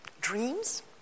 Dreams